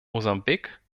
mosambik